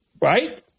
right